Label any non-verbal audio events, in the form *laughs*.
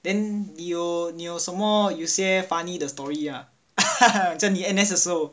then 你有你有什么有些 funny 的 story ah *laughs* 在你 N_S 的时候